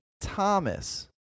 Thomas